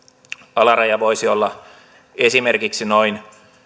alaraja voisi olla esimerkiksi noin